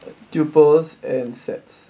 tuples and sets